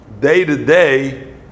day-to-day